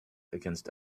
against